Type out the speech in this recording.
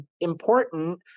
important